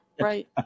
Right